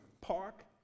park